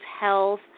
health